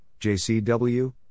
JCW